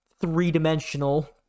three-dimensional